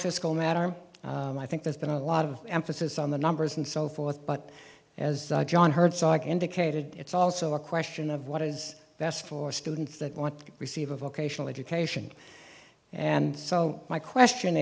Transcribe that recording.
fiscal matter and i think there's been a lot of emphasis on the numbers and so forth but as john heard so i can indicated it's also a question of what is best for students that want to receive a vocational education and so my question